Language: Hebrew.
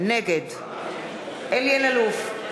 נגד אלי אלאלוף,